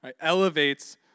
elevates